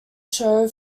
show